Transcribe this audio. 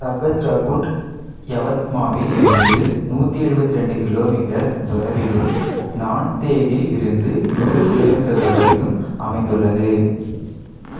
சஹஸ்ரகுண்ட் யவத்மாவில் இருந்து நூத்தி எழுவத்திரெண்டு கிலோமீட்டர் தொலைவிலும் நாந்தேடில் இருந்து நூறு கிலோமீட்டர் தொலைவிலும் அமைந்துள்ளது